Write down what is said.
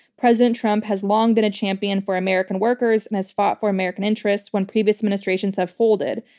president trump has long been a champion for american workers and has fought for american interests when previous administrations have folded.